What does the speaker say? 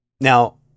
Now